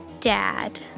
dad